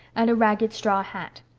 and a ragged straw hat.